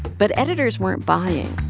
but editors weren't buying.